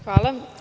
Hvala.